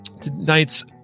Tonight's